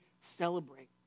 celebrate